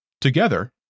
Together